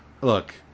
Look